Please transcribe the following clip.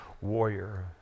warrior